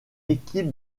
équipe